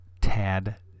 Tad